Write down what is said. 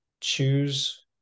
choose